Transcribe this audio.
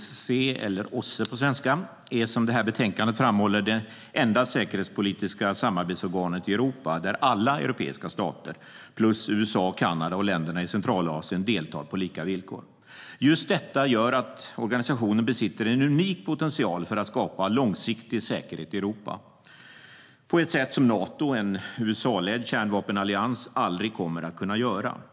Fru talman! OSSE är, som det här betänkandet framhåller, det enda säkerhetspolitiska samarbetsorganet i Europa där alla europeiska stater plus USA, Kanada och länderna i Centralasien deltar på lika villkor. Just detta gör att organisationen besitter en unik potential för att skapa långsiktig säkerhet i Europa på ett sätt som Nato, en USA-ledd kärnvapenallians, aldrig kommer att kunna göra.